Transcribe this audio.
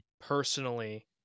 personally